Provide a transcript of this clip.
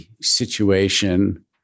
situation